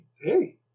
Hey